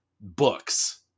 books